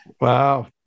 Wow